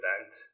event